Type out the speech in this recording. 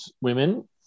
women